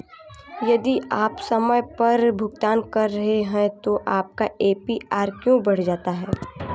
यदि आप समय पर भुगतान कर रहे हैं तो आपका ए.पी.आर क्यों बढ़ जाता है?